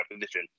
position